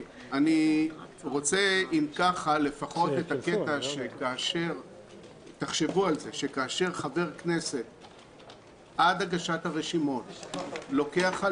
אם כך, תחשבו שכאשר סיעה עד הגשת הרשימות לוקחת